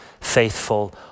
faithful